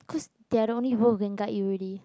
cause they are the one people who can guide you already